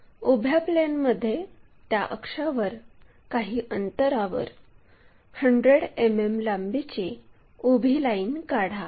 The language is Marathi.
उभ्या प्लेनमध्ये त्या अक्षावर काही अंतरावर 100 मिमी लांबीची उभी लाईन काढा